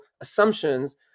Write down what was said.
assumptions